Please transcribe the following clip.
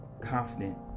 confident